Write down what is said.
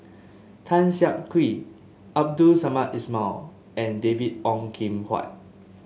Tan Siak Kew Abdul Samad Ismail and David Ong Kim Huat